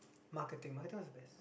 marketing marketing was the best